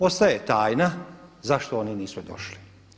Ostaje tajna zašto oni nisu došli.